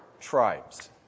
tribes